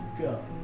go